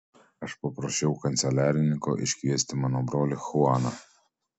aš paprašiau kanceliarininko iškviesti mano brolį chuaną